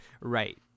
right